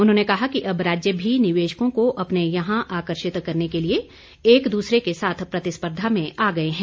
उन्होंने कहा कि अब राज्य भी निवेशकों को अपने यहां आकर्षित करने के लिए एक दूसरे के साथ प्रतिस्पर्धा में आ गये हैं